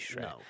no